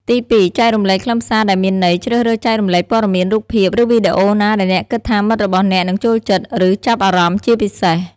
ទីពីរ ចែករំលែកខ្លឹមសារដែលមានន័យ ជ្រើសរើសចែករំលែកព័ត៌មាន រូបភាព ឬវីដេអូណាដែលអ្នកគិតថាមិត្តរបស់អ្នកនឹង ចូលចិត្ត ឬ ចាប់អារម្មណ៍ ជាពិសេស។